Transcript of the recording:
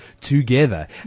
together